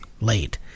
late